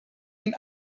den